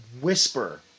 whisper